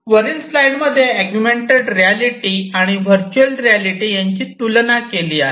वरील स्लाईडमध्ये augmented reality आणि व्हर्चुअल रियालिटी यांची तुलना केली आहे